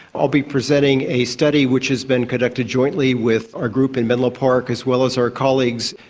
i'll be presenting a study which has been conducted jointly with our group in menlo park as well as our colleagues.